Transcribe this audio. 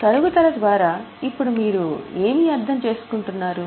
తరుగుదల ద్వారా ఇప్పుడు మీరు ఏమి అర్థం చేసుకున్నారు